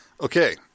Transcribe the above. Okay